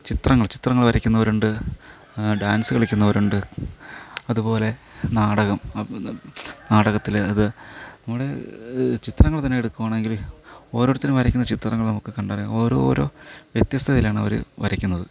ചിത്രങ്ങൾ ചിത്രങ്ങൾ വരയ്ക്കുന്നവരുണ്ട് ഡാൻസ് കളിക്കുന്നവരുണ്ട് അതുപോലെ നാടകം നാടകത്തിൽ അത് നമ്മൾ ചിത്രങ്ങൾ തന്നെ എടുക്കുകയാണെങ്കിൽ ഓരോരുത്തരും വരയ്ക്കുന്ന ചിത്രങ്ങൾ നമുക്ക് കണ്ടാൽ അറിയാം ഓരോ ഓരോ വ്യത്യസ്തതയിലാണ് അവർ വരയ്ക്കുന്നത്